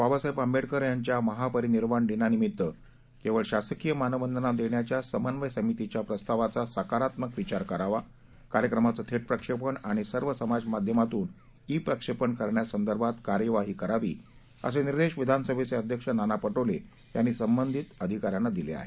बाबासाहेब आंबेडकर यांच्या महापरिनिर्वाण दिनानिमित्त केवळ शासकीय मानवंदना देण्याच्या समन्वय समितीच्या प्रस्तावाचा सकारात्मक विचार करावा कार्यक्रमाचं थेट प्रक्षेपण आणि सर्व समाजमाध्यमांतून ई प्रक्षेपण करण्यासंदर्भात कार्यवाही करावी असे निर्देश विधानसभेचे अध्यक्ष नाना पटोले यांनी संबंधित अधिकाऱ्यांना दिले आहेत